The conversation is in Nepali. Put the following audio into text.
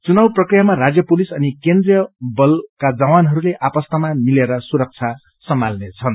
चुनाव प्रक्रियामा राज्य पुलिस अनि केन्ट्रीय बलका जवानहरूले मिलीजुली सुरक्षा सम्हालनेछन्